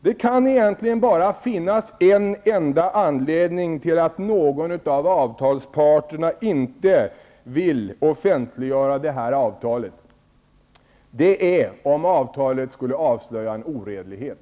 Det kan egentligen bara finnas en enda anledning till att någon av avtalsparterna inte vill offentliggöra detta avtal, och det är om avtalet skulle avslöja en oredlighet.